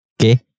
Okay